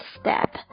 step